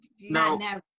No